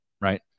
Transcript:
right